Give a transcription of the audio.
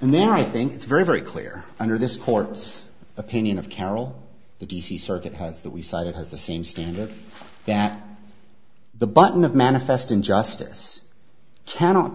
and then i think it's very very clear under this court's opinion of carol the d c circuit has that we said it has the same standard that the button of manifest injustice cannot be